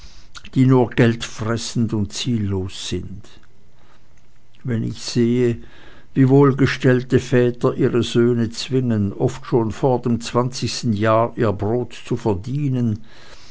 die nur geldfressend und ziellos sind wenn ich sehe wie wohlgestellte väter ihre söhne zwingen oft schon vor dem zwanzigsten jahre ihr brot zu verdienen